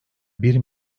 bir